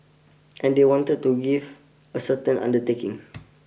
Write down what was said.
and they wanted to give a certain undertaking